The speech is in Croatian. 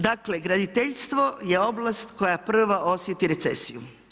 Dakle, graditeljstvo je oblast, koje prvo osjeti recesiju.